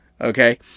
Okay